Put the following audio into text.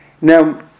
Now